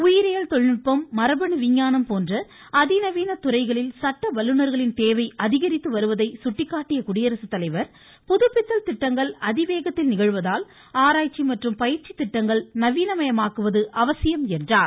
உயிரியல் தொழில்நுட்பம் மரபணு விஞ்ஞானம் போன்ற அதிநவீன துறைகளில் சட்ட வல்லுநர்களின் தேவை அதிகரித்து வருவதை சுட்டிக்காட்டிய குடியரசுத்தலைவர் புதுப்பித்தல் திட்டங்கள் அதிவேகத்தில் நிகழ்வதால் ஆராய்ச்சி மற்றும் பயிற்சி திட்டங்கள் நவீனமயமாக்குவது அவசியம் என்றார்